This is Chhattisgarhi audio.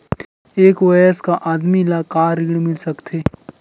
एक वयस्क आदमी ला का ऋण मिल सकथे?